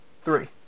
Three